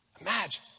Imagine